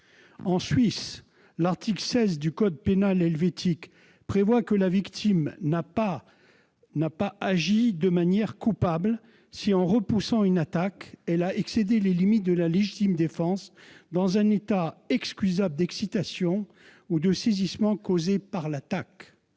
En Suisse, l'article 16 du code pénal helvétique prévoit que la victime n'a pas agi de manière coupable, si, en repoussant une attaque, elle a excédé les limites de la légitime défense dans « un état excusable d'excitation ou de saisissement causé par l'attaque